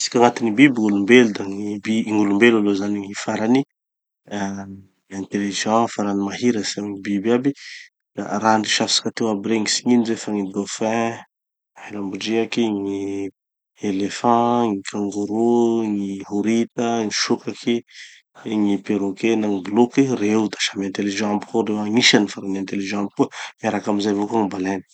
[raha raisintsika] agnatin'ny gny biby gn'olombelo da gny bi, gn'olombelo aloha zany gny farany uhm intelligent farany mahiratsy amy gny biby agny. Da raha niresahitsika teo aby regny. Tsy gn'ino zay fa gny dauphin, lambon-driaky, gny éléphant, gny kangoroo, gny horita, gny sokaky, de gny perroquet na gny boloky, reo da samy intelligents aby koa reo. Agnisany farany intelligents koa miaraky amizay avao koa gny baleines.